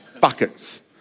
buckets